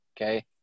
okay